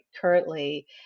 currently